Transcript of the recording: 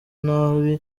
nabi